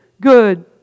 good